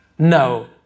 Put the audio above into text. No